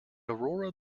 aurora